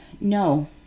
No